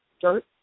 dirt